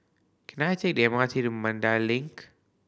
can I take the M R T to Mandai Link